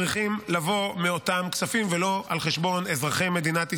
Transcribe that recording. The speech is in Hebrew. צריכים לבוא מאותם כספים ולא על חשבון אזרחי מדינת ישראל.